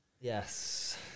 Yes